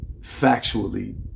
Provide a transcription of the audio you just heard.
factually